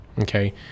okay